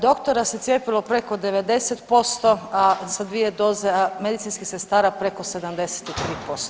Doktora se cijepilo preko 90%, a sa 2 doze, a medicinskih sestara preko 73%